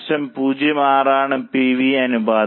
06 ആണ് P V അനുപാതം